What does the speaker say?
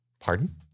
Pardon